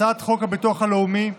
הצעת חוק הביטוח הלאומי (תיקון,